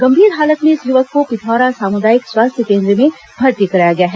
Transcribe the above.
गंभीर हालत में इस युवक को पिथौरा सामुदायिक स्वास्थ्य कोन्द्र में भर्ती कराया गया है